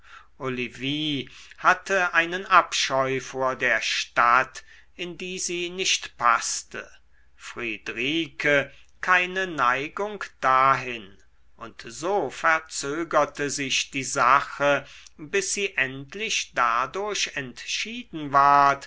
olivie hatte einen abscheu vor der stadt in die sie nicht paßte friedrike keine neigung dahin und so verzögerte sich die sache bis sie endlich dadurch entschieden ward